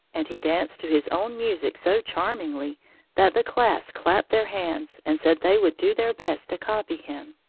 and he danced to his own music so charmingly that the class clapped their hands and said they would do their best to copy him.